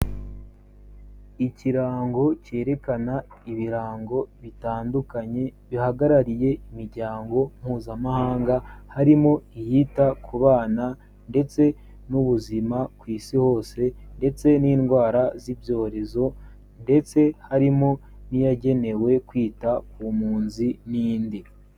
Ikirango cyerekana ibirango bitandukanye bihagarariye imiryango mpuzamahanga, harimo iyita ku bana ndetse n'ubuzima ku isi hose ndetse n'indwara z'ibyorezo ndetse harimo n'iyagenewe kwita ku mpunzi n'indi.